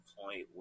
point